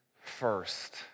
first